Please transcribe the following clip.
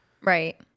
Right